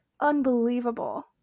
unbelievable